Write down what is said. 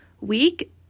week